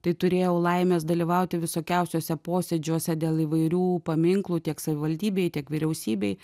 tai turėjau laimės dalyvauti visokiausiuose posėdžiuose dėl įvairių paminklų tiek savivaldybėj tiek vyriausybėj